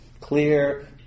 clear